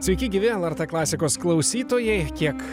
sveiki gyvi lrt klasikos klausytojai kiek